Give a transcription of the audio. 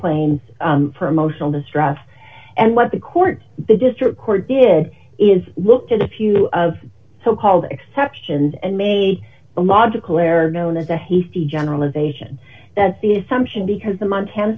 claims for emotional distress and what the court the district court did is looked at a few of so called exceptions and made a logical error known as a hasty generalization that's the assumption because the montana